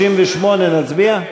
על 38 נצביע?